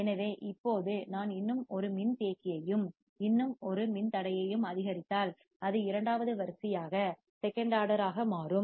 எனவே இப்போது நான் இன்னும் ஒரு மின்தேக்கியையும் இன்னும் ஒரு மின்தடையையும் அதிகரித்தால் அது இரண்டாவது வரிசையாக செகண்ட் ஆர்டர் மாறும்